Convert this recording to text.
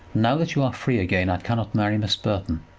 now that you are free again i cannot marry miss burton.